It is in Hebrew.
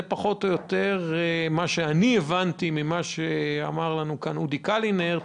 זה פחות או יותר מה שאני הבנתי ממה שאמר לנו כאן אודי קלינר.